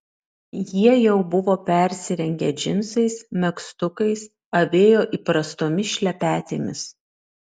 jie jau buvo persirengę džinsais megztukais avėjo įprastomis šlepetėmis